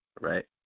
right